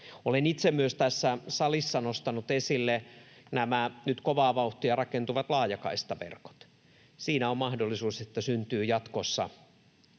Olen myös itse tässä salissa nostanut esille nyt kovaa vauhtia rakentuvat laajakaistaverkot. Siinä on mahdollisuus, että jatkossa